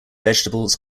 vegetables